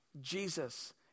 Jesus